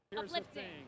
uplifting